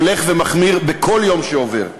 הולך ומחמיר בכל יום שעובר.